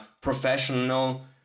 professional